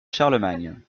charlemagne